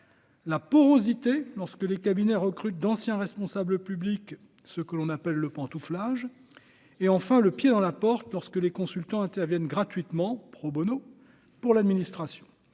la porosité lorsque les cabinets recrutent d'anciens responsables publics, ce que l'on appelle le pantouflage et enfin le pied dans la porte lorsque les consultants interviennent gratuitement pro Bono pour l'administration,